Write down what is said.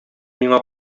миңа